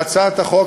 להצעת החוק,